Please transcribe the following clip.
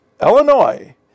Illinois